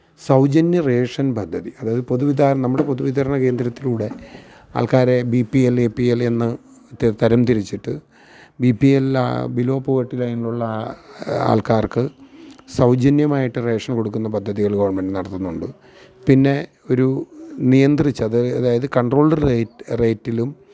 സൗജന്യ റേഷന് പദ്ധതി അതായാത് പൊതുവിതരണ നമ്മുടെ പൊതുവിതരണ കേന്ദ്രത്തിലൂടെ ആള്ക്കാരെ B P L A P L എന്ന് തരം തിരിച്ചിട്ട് B P L below poverty ലൈനിലുള്ള ആ ആള്ക്കാര്ക്ക് സൗജന്യമായിട്ട് റേഷന് കൊടുക്കുന്ന പദ്ധതികൾ ഗവണ്മെന്റ് നടത്തുന്നുണ്ട് പിന്നെ ഒരു നിയന്ത്രിച്ചത് അത് അതായത് കൺട്രോൾഡ് റേറ്റിലും